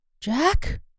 Jack